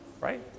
right